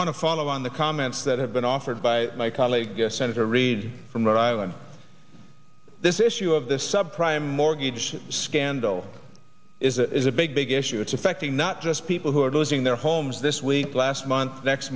want to follow on the comments that have been offered by my colleague senator reed from rhode island this issue of the sub prime mortgage scandal is a big big issue it's affecting not just people who are losing their homes this week last month next